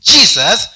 Jesus